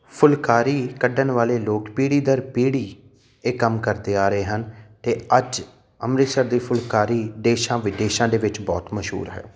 ਫੁਲਕਾਰੀ ਕੱਢਣ ਵਾਲੇ ਲੋਕ ਪੀੜ੍ਹੀ ਦਰ ਪੀੜ੍ਹੀ ਇਹ ਕੰਮ ਕਰਦੇ ਆ ਰਹੇ ਹਨ ਅਤੇ ਅੱਜ ਅੰਮ੍ਰਿਤਸਰ ਦੀ ਫੁਲਕਾਰੀ ਦੇਸ਼ਾਂ ਵਿਦੇਸ਼ਾਂ ਦੇ ਵਿੱਚ ਬਹੁਤ ਮਸ਼ਹੂਰ ਹੈ